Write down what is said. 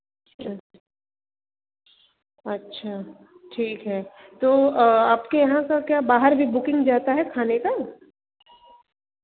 अच्छा ठीक है तो आपके यहाँ का क्या बाहर भी बुकिंग जाता है खाने का